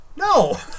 No